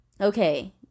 Okay